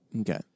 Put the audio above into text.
Okay